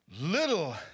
little